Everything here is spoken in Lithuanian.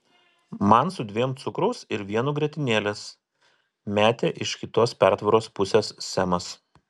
man su dviem cukraus ir vienu grietinėlės metė iš kitos pertvaros pusės semas